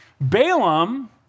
Balaam